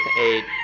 eight